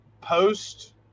post